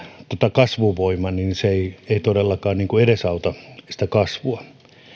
kasvuvoiman ja se ei ei todellakaan edesauta sitä kasvua